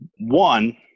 One –